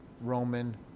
Roman